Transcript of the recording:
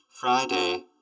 Friday